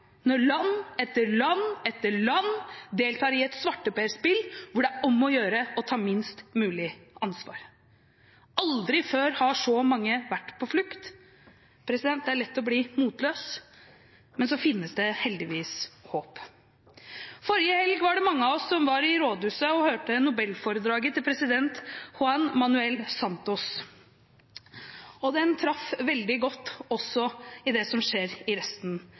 når land etter land deltar i et svarteperspill hvor det er om å gjøre å ta minst mulig ansvar. Aldri før har så mange vært på flukt. Det er lett å bli motløs, men det finnes heldigvis håp. Forrige helg var mange av oss i Rådhuset og hørte nobelforedraget til president Juan Manuel Santos. Det traff veldig godt, også i det som skjer i resten